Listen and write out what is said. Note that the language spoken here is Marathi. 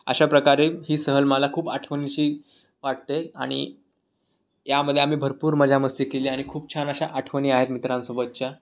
अशाप्रकारे ही सहल मला खूप आठवणशी वाटते आहे आणि यामध्ये आम्ही भरपूर मजा मस्ती केली आणि खूप छान अशा आठवणी आहेत मित्रांसोबतच्या